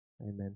Amen